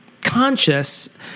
Conscious